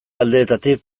aldeetatik